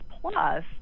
plus